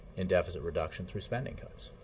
in deficit reduction through spending cuts.